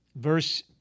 Verse